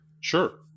Sure